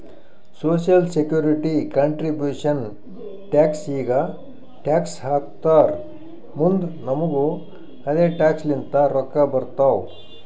social security contribution tax ಈಗ tax ಹಾಕ್ತಾರ್ ಮುಂದ್ ನಮುಗು ಅದೆ ಟ್ಯಾಕ್ಸ್ ಲಿಂತ ರೊಕ್ಕಾ ಬರ್ತಾವ್